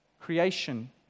Creation